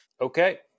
Okay